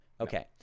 Okay